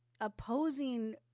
opposing